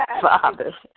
Father